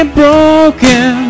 broken